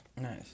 Nice